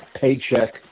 paycheck